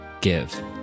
give